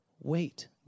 wait